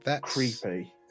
creepy